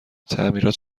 تعمیرات